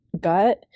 gut